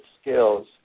skills